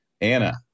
Anna